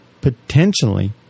potentially